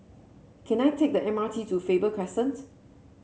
can I take the M R T to Faber Crescent